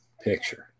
picture